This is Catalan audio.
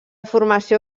formació